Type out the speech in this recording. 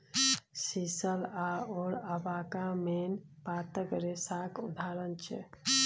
sisal आओर अबाका मेन पातक रेशाक उदाहरण छै